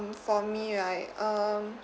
for me right um